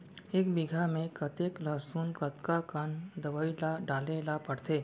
एक बीघा में कतेक लहसुन कतका कन दवई ल डाले ल पड़थे?